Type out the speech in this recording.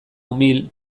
umil